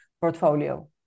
portfolio